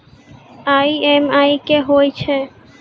EMI कि होय छै?